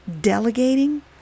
delegating